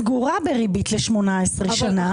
סגורה בריבית ל-18 שנה,